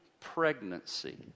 pregnancy